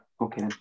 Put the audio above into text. okay